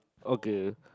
okay